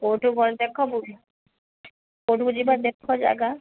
କୋଉଠି କ'ଣ ଦେଖ କୋଉଠିକି ଯିବା ଦେଖ ଜାଗା